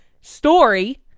story